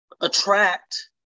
attract